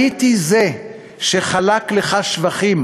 הייתי זה שחלק לך שבחים